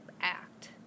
act